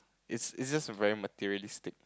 is is just very materialistic